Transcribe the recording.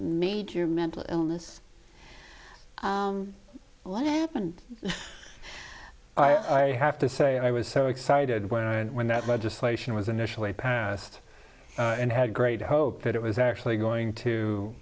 major mental illness what happened i have to say i was so excited when i when that legislation was initially passed and had great hope that it was actually going